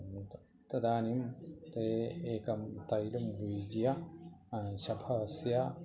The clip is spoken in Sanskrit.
एतत् तदानीं ते एकं तैलम् उपयुज्य शफस्य